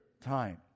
time